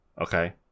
Okay